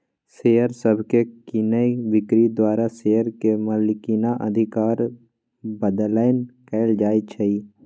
share सभके कीनाइ बिक्री द्वारा शेयर के मलिकना अधिकार बदलैंन कएल जाइ छइ